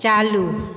चालू